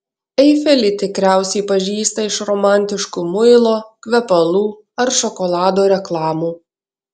eifelį tikriausiai pažįsta iš romantiškų muilo kvepalų ar šokolado reklamų